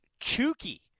Chooky